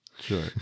Sure